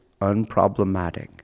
unproblematic